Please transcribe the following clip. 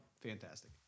fantastic